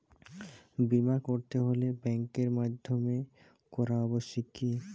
বিমা করাতে হলে ব্যাঙ্কের মাধ্যমে করা আবশ্যিক কি?